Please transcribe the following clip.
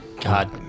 God